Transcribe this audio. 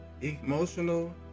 emotional